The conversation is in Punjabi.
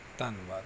ਧੰਨਵਾਦ